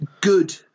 good